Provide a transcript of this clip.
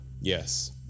Yes